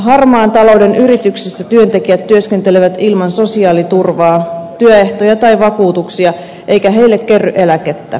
harmaan talouden yrityksissä työntekijät työskentelevät ilman sosiaaliturvaa työehtoja ja vakuutuksia eikä heille kerry eläkettä